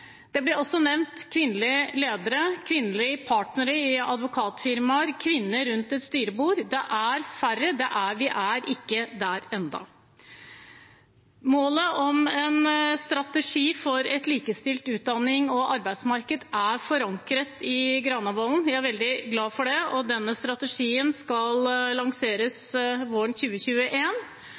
også nevnt, og kvinnelige partnere i advokatfirmaer og kvinner rundt et styrebord. De er færre. Vi er ikke der ennå. Målet om en strategi for et likestilt utdannings- og arbeidsmarked er forankret i Granavolden-plattformen. Jeg er veldig glad for det. Denne strategien skal lanseres våren